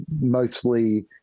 mostly